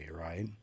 right